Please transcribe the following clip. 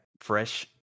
fresh